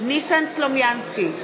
ניסן סלומינסקי,